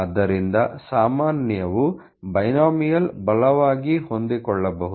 ಆದ್ದರಿಂದ ಸಾಮಾನ್ಯವು ಬೈನೋಮಿಯಲ್ ಬಲವಾಗಿ ಹೊಂದಿಕೊಳ್ಳಬಹುದು